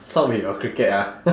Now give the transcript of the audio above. stop with your cricket ah